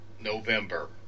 November